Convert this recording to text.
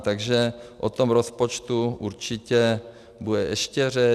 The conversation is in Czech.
Takže o tom rozpočtu určitě bude ještě řeč.